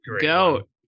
Goat